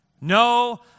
No